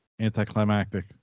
anticlimactic